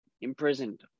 imprisoned